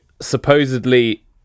supposedly